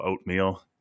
oatmeal